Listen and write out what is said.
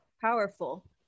powerful